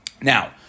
Now